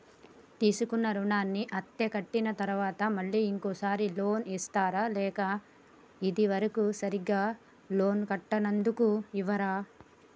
తీసుకున్న రుణాన్ని అత్తే కట్టిన తరువాత మళ్ళా ఇంకో సారి లోన్ ఇస్తారా లేక ఇది వరకు సరిగ్గా లోన్ కట్టనందుకు ఇవ్వరా?